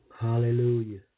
Hallelujah